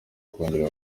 kongera